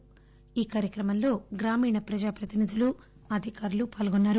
కాగా కార్యక్రమంలో గ్రామీణ ప్రజా ప్రతినిధులు అధికారులు పాల్గొన్నారు